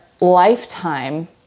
lifetime